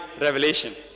revelation